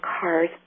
cars